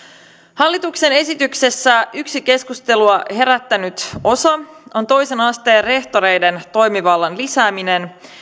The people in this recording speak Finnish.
hallituksen esityksessä yksi keskustelua herättänyt osa on toisen asteen rehtoreiden toimivallan lisääminen